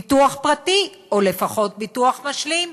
ביטוח פרטי, או לפחות ביטוח משלים.